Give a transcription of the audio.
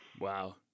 Wow